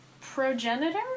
progenitor